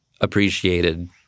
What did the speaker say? appreciated